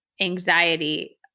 anxiety